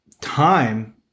time